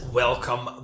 welcome